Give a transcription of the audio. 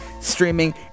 streaming